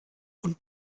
und